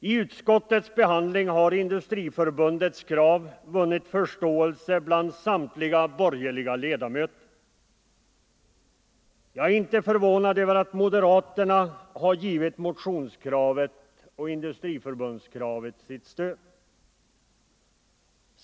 Vid utskottets behandling har Industriförbundets krav vunnit förståelse bland samtliga borgerliga ledamöter. Jag är inte förvånad över att moderaterna har givit motionens och Industriförbundets krav sitt stöd.